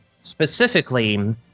specifically